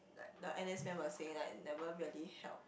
like the N_S men were saying like never really help